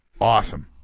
Awesome